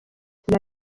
sulla